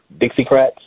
Dixiecrats